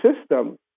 system